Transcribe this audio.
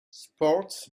sports